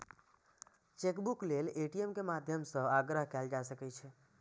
chequebook लेल ATM के माध्यम सं आग्रह कैल जा सकै छै